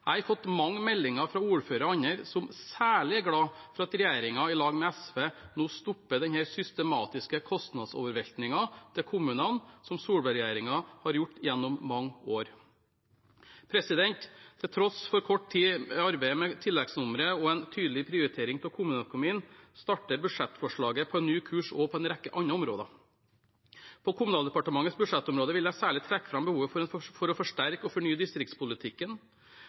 Jeg har fått mange meldinger fra ordførere og andre som særlig er glad for at regjeringen sammen med SV nå stopper denne systematiske kostnadsoverveltingen til kommunene som Solberg-regjeringen har gjort gjennom mange år. Til tross for kort tid til arbeidet med tilleggsnummeret og en tydelig prioritering av kommuneøkonomien starter budsjettforslaget på en ny kurs også på en rekke andre områder. På Kommunaldepartementets budsjettområde vil jeg særlig trekke fram behovet for å forsterke og fornye distriktspolitikken.